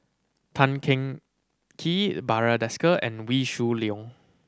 Tan Teng Kee Barry Desker and Wee Shoo Leong